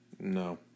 No